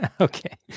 Okay